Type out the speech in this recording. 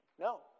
No